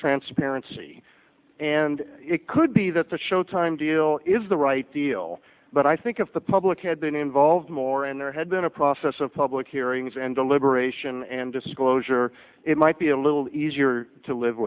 transparency and it could be that the showtime deal is the right deal but i think if the public had been involved more and there had been a process of public hearings and deliberation and disclosure it might be a little easier to live